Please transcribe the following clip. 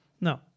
No